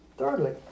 Thirdly